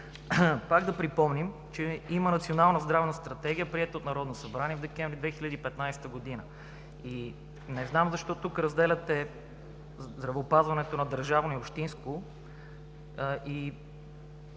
Пак да припомня, че има Национална здравна стратегия, приета от Народното събрание през декември 2015 г. И не знам защо тук пак разделяте здравеопазването на държавно и общинско,